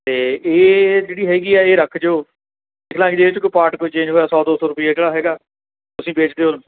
ਅਤੇ ਇਹ ਜਿਹੜੀ ਹੈਗੀ ਆ ਇਹ ਰੱਖ ਜੋ ਕੋਈ ਪਾਰਟ ਕੋਈ ਚੇਂਜ ਹੋਇਆ ਸੌ ਦੋ ਸੌ ਰੁਪਈਆ ਕਿਹੜਾ ਹੈਗਾ ਤੁਸੀਂ ਵੇਚ ਕੇ ਉਹ